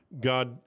God